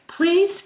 please